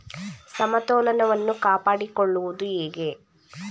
ಸಮತೋಲನವನ್ನು ಕಾಪಾಡಿಕೊಳ್ಳುವುದು ಹೇಗೆ?